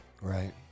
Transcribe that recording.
right